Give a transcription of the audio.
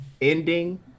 ending